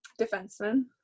Defenseman